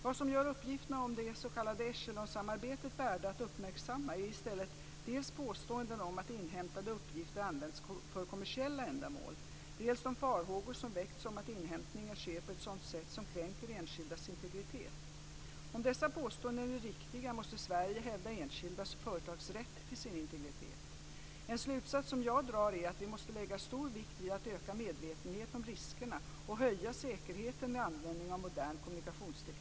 Vad som gör uppgifterna om det s.k. Echelon-samarbetet värda att uppmärksamma är i stället dels påståenden om att inhämtade uppgifter används för kommersiella ändamål, dels de farhågor som väckts om att inhämtningen sker på ett sådant sätt som kränker enskildas integritet. Om dessa påståenden är riktiga måste Sverige hävda enskildas och företags rätt till sin integritet. En slutsats som jag drar är att vi måste lägga stor vikt vid att öka medvetenheten om riskerna och höja säkerheten vid användning av modern kommunikationsteknik.